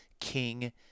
King